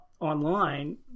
online